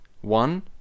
one